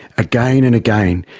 again and again,